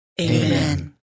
Amen